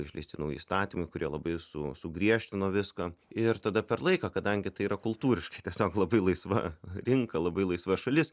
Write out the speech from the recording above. išleisti nauji įstatymai kurie labai su sugriežtino viską ir tada per laiką kadangi tai yra kultūriškai tiesiog labai laisva rinka labai laisva šalis